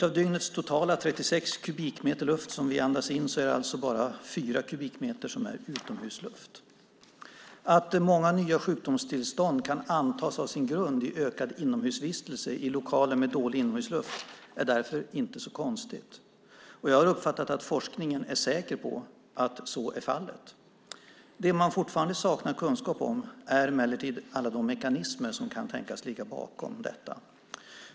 Av dygnets totala 36 kubikmeter luft som vi andas in är det alltså bara 4 kubikmeter som är utomhusluft. Att många nya sjukdomstillstånd kan antas ha sin grund i ökad inomhusvistelse i lokaler med dålig inomhusluft är därför inte så konstigt. Jag har uppfattat att forskningen är säker på att så är fallet. Det man fortfarande saknar kunskap om är emellertid alla de mekanismer som kan tänkas ligga bakom detta.